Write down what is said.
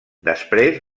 després